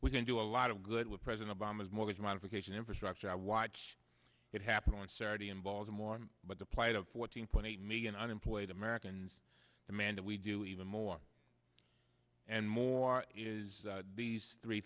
we can do a lot of good with president obama's mortgage modification infrastructure i watch it happen on saturday in baltimore but the plight of fourteen point eight million unemployed americans demand we do even more and more is these three